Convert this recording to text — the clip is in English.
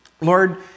Lord